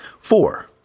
Four